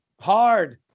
hard